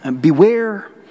beware